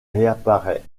réapparaît